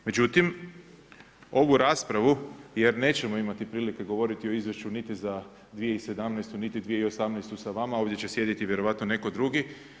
Međutim, ovu raspravu jer nećemo imati prilike govoriti o izvješću niti za 2017. niti 2018. sa vama, ovdje će sjediti vjerojatno netko drugi.